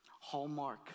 Hallmark